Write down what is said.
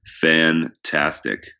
fantastic